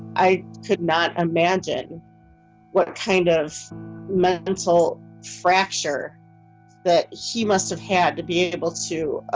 i could not imagine what kind of mental fracture that he must have had to be able to. ah